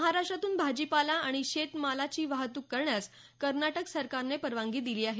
महाराष्ट्रातून भाजीपाला आणि शेतीमालाची वाहतूक करण्यास कर्नाटक सरकारने परवानगी दिली आहे